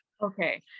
Okay